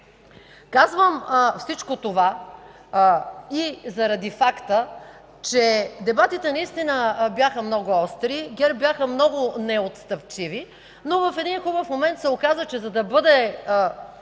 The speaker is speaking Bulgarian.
Казвам всичко това, заради факта че дебатите наистина бяха много остри. ГЕРБ бяха много неотстъпчиви, но в един хубав момент се оказа, че, за да бъде